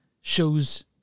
shows